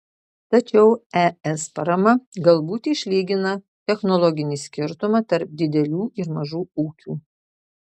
tačiau es parama galbūt išlygina technologinį skirtumą tarp didelių ir mažų ūkių